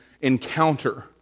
encounter